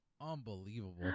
unbelievable